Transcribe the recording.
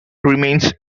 remains